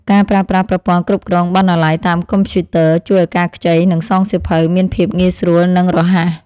ការប្រើប្រាស់ប្រព័ន្ធគ្រប់គ្រងបណ្ណាល័យតាមកុំព្យូទ័រជួយឱ្យការខ្ចី និងសងសៀវភៅមានភាពងាយស្រួលនិងរហ័ស។